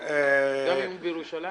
גם אם בירושלים?